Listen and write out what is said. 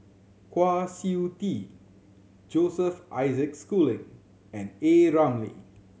Kwa Siew Tee Joseph Isaac Schooling and A Ramli